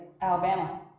Alabama